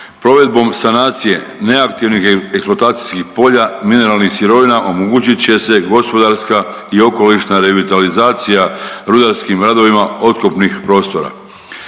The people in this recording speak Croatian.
Provedbom sanacije neaktivnih eksploatacijskih polja mineralnih sirovina omogućit će se gospodarska i okolišna revitalizacija rudarskim radovima otkopnih prostora.